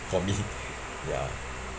for me ya